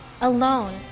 alone